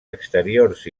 exteriors